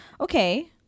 Okay